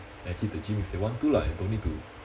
and hit the gym if they want to lah and don't need to